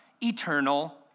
eternal